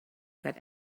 that